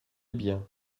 bien